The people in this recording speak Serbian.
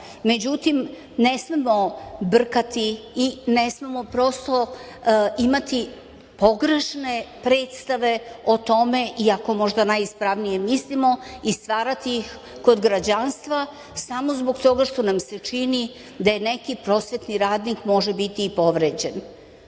Međutim, ne smemo brkati i ne smemo prosto imati pogrešne predstave o tome, iako možda najispravnije mislimo, i stvarati kod građanstva samo zbog toga što nam se čini da je neki prosvetni radnik, može biti, povređen.